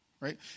right